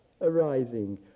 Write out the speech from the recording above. arising